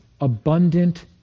abundant